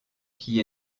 qui